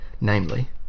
namely